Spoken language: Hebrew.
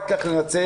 רק כך ננצח.